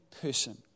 person